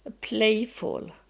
playful